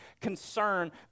concern